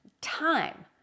time